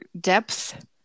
depth